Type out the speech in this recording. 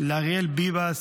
לאריאל ביבס,